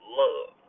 love